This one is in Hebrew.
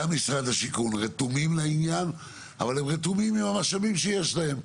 גם משרד השיכון רתומים לעניין אבל הם רתומים עם המשאבים שיש להם,